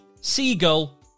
seagull